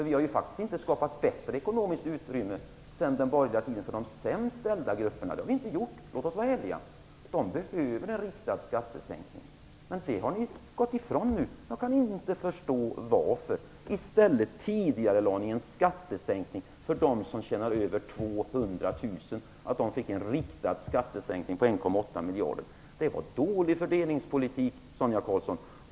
Vi har faktiskt inte skapat bättre ekonomiskt utrymme för de sämst ställda grupperna sedan den borgerliga tiden; låt oss vara ärliga och säga det. Och de behöver en riktad skattesänkning, något som man nu gått ifrån. Jag förstår inte varför. I stället tidigarelades en skattesänkning för dem som tjänar över 200 000 kr, så att dessa grupper fick en riktad skattesänkning på 1,8 miljarder kronor. Det var dålig fördelningspolitik, Sonia Karlsson.